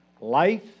Life